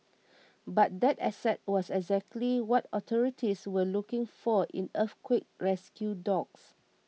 but that asset was exactly what authorities were looking for in earthquake rescue dogs